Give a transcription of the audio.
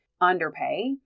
underpay